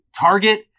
Target